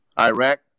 Iraq